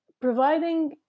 providing